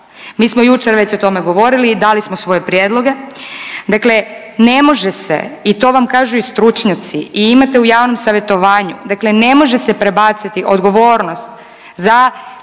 Mi smo jučer već o tome govorili i dali smo svoje prijedloge. Dakle, ne može se i to vam kažu i stručnjaci i imate u javnom savjetovanju, dakle ne može se prebaciti odgovornost za